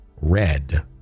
red